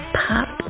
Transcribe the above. pop